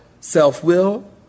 self-will